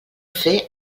fer